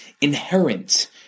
inherent